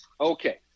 Okay